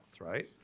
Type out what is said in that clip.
right